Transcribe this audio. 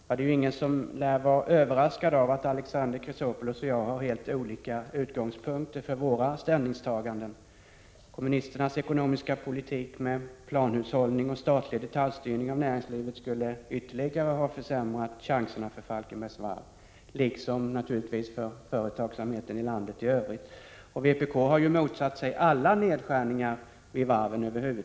Herr talman! Ingen lär vara överraskad av att Alexander Chrisopoulos och jag har helt olika utgångspunkter för våra ställningstaganden. Kommunisternas ekonomiska politik, med planhushållning och statlig detaljstyrning av näringslivet, skulle ytterligare ha försämrat chanserna för varvet i Falkenberg, liksom naturligtvis för företagsamheten i landet i övrigt. Vpk har ju motsatt sig alla nedskärningar vid varven.